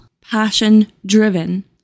passion-driven